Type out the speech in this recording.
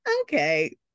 okay